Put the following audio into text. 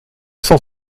cent